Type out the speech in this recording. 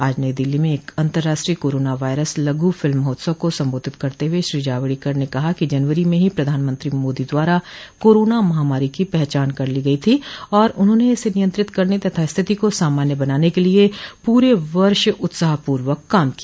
आज नई दिल्ली म एक अंतर्राष्ट्रीय कोरोना वायरस लघु फिल्म महोत्सव को संबोधित करते हुए श्री जावड़ेकर ने कहा कि जनवरी में ही प्रधानमंत्री मोदी द्वारा कोरोना महामारी की पहचान कर ली गई थी और उन्होंने इसे नियंत्रित करने तथा स्थिति को सामान्य बनाने के लिए पूरे वर्ष उत्साहपूर्वक काम किया